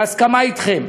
בהסכמה אתכם.